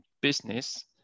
business